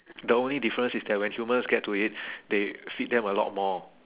the only difference is that when humans get to eat they feed them a lot more